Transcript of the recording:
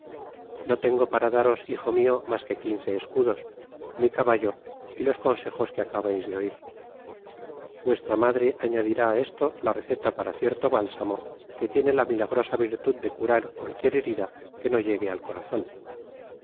no tengo para daros hijo mio mas que quince escudos mi caballo y los consejos que acabais de oii vuestra madre añadirá á esto la receta para cierto bálsamo que tiene la milagrosa virtud de curar cualquier herida que no llegue al corazon